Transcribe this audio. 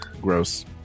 Gross